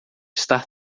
estar